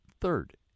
Third